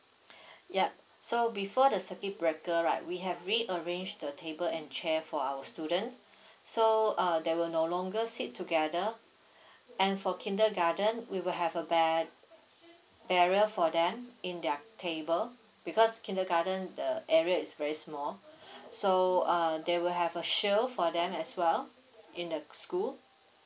yup so before the circuit breaker right we have rearranged the table and chair for our students so uh they will no longer sit together and for kindergarten we will have a bar~ barrier for them in their table because kindergarten the area is very small so uh they will have a shelve for them as well in the school